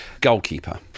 Goalkeeper